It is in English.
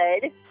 good